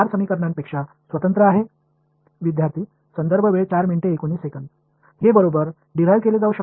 இந்த சமன்பாடு முதல் நான்கு சமன்பாடுகளிலிருந்து இன்டிபென்டன்ட் என்று நீங்கள் நினைக்கிறீர்களா